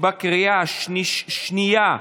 בקריאה השנייה,